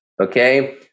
okay